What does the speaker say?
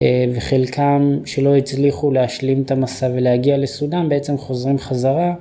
וחלקם שלא הצליחו להשלים את המסע ולהגיע לסודן בעצם חוזרים חזרה.